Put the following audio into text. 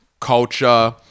culture